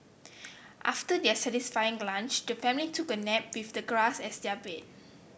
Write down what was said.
after their satisfying lunch the family took a nap with the grass as their bed